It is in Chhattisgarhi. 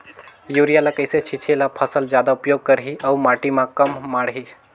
युरिया ल कइसे छीचे ल फसल जादा उपयोग करही अउ माटी म कम माढ़ही?